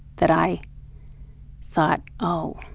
that i thought, oh,